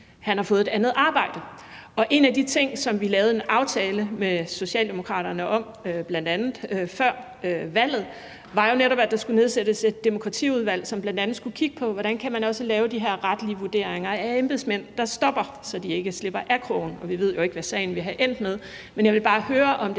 han har fået et andet arbejde. Og en af de ting, som vi før valget lavede en aftale med Socialdemokraterne om, var jo netop, at der skulle nedsættes et demokratiudvalg, som bl.a. skulle kigge på, hvordan man også kan lave de her retlige vurderinger af embedsmænd, der stopper, så de ikke slipper af krogen. Vi ved jo ikke, hvad sagen ville være endt med,